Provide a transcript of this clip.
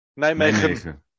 Nijmegen